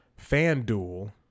FanDuel